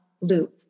loop